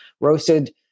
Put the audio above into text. roasted